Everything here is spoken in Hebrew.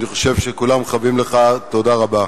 אני חושב שכולם חייבים לך תודה רבה.